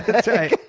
that's right.